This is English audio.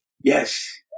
Yes